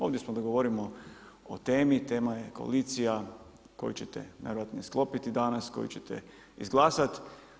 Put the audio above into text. Ovdje smo da govorimo o temi, tema je koalicija koju ćete najvjerojatnije sklopiti danas, koji ćete izglasati.